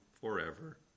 forever